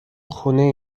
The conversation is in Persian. خونه